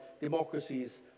democracies